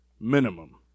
minimum